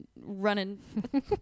running